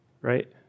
right